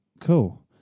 Cool